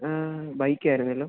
ആ ബൈക്കായിരുന്നുവല്ലോ